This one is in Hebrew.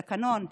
התקנון,